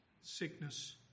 sickness